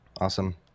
awesome